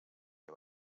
que